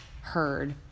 heard